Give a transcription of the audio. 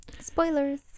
Spoilers